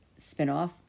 spinoff